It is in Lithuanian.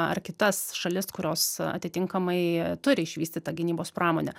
ar kitas šalis kurios atitinkamai turi išvystytą gynybos pramonę